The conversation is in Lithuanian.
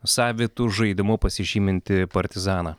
savitu žaidimu pasižymintį partizaną